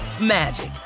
magic